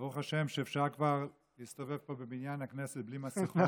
ברוך השם שאפשר כבר להסתובב פה בבניין הכנסת בלי מסכות.